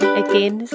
again